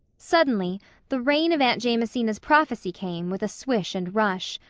suddenly the rain of aunt jamesina's prophecy came with a swish and rush.